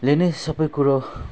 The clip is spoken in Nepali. ले नै सब कुरो